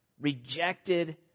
rejected